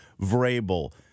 Vrabel